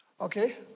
okay